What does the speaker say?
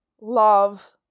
love